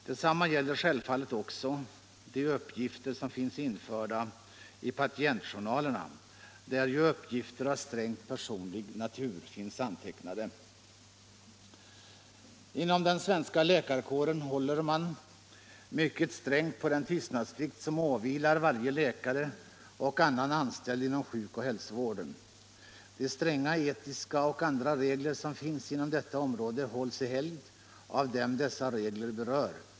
Detsamma gäller självfallet också de uppgifter som finns införda i patientjournalerna, där ju uppgifter av strängt personlig natur finns antecknade. , Inom den svenska läkarkåren håller man mycket strängt på den tystnadsplikt som åvilar varje läkare och annan anställd inom sjukoch hälsovården. De stränga etiska och andra regler som finns inom detta område hålls i helgd av dem dessa regler berör.